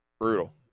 brutal